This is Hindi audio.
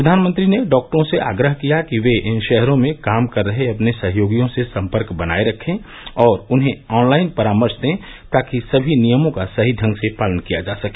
प्रधानमंत्री ने डॉक्टरों से आग्रह किया कि वे इन शहरों में काम कर रहे अपने सहयोगियों से संपर्क बनाये रखें और उन्हें ऑनलाइन परामर्श दें ताकि समी नियमों का सही ढंग से पालन किया जा सके